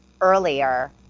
earlier